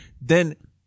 then-